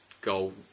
goal